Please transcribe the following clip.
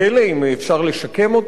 ויהיו לו אזיקים אלקטרוניים,